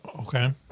Okay